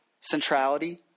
centrality